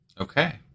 Okay